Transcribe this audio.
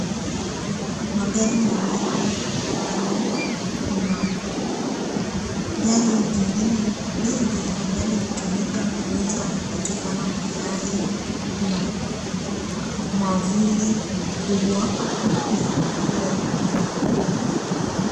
Magari mawili yako pale kuna gari jingine dogo ambalo hutumika kuuza vitu kama mayai kuna mwavuli mkubwa na manguo pale nyuma.